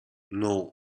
non